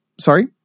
Sorry